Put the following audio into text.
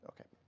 Okay